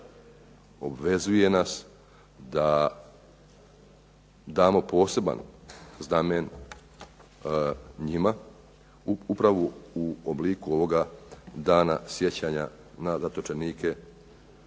obvezuje nas da damo poseban znamen njima, upravo u obliku ovoga dana sjećanja na zatočenike